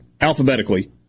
alphabetically